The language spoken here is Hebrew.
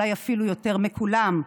אולי אפילו יותר מכולם,